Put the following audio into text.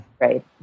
right